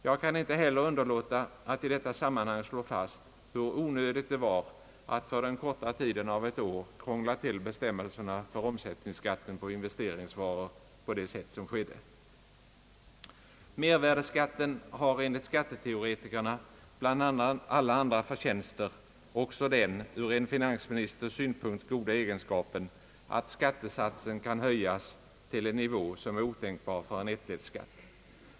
Jag kan inte heller underlåta att i detta sammanhang slå fast hur onödigt det var att för den korta tiden av ett år krångla till bestämmelserna för omsättningsskatten på investeringsvaror på det sätt som skedde. Mervärdeskatten har enligt skatteteoretikerna bland alla andra förtjänster också den ur en finansministers synpunkt goda egenskapen att skattesatsen kan höjas till en nivå som är otänkbar för en ettledsskatt.